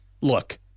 look